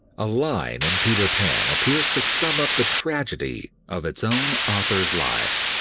a line in peter pan appears to sum up the tragedy of its own author's life,